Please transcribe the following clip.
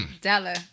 Della